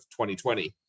2020